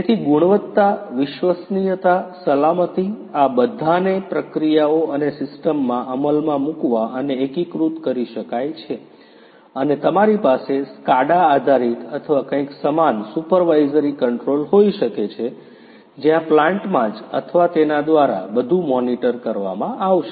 તેથી ગુણવત્તા વિશ્વસનીયતા સલામતી આ બધાને પ્રક્રિયાઓ અને સિસ્ટમમાં અમલમાં મુકવા અને એકીકૃત કરી શકાય છે અને તમારી પાસે SCADA આધારિત અથવા કંઈક સમાન સુપરવાઇઝરી કંટ્રોલ હોઈ શકે છે જ્યાં પ્લાન્ટમાં જ અથવા તેના દ્વારા બધું મોનિટર કરવામાં આવશે